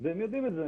והם יודעים את זה,